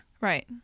Right